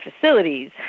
facilities